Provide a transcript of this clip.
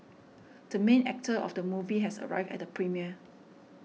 the main actor of the movie has arrived at the premiere